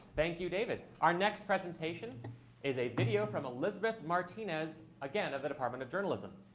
thank you, david. our next presentation is a video from elizabeth martinez, again, of the department of journalism.